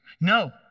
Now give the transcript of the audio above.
no